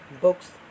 Books